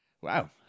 Wow